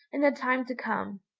in the time to come.